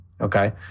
okay